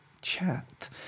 chat